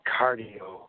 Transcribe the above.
cardio